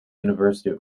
university